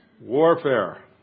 Warfare